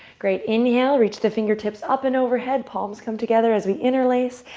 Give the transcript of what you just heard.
great. inhale. reach the fingertips up and overhead. palms come together as we interlace.